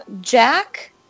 Jack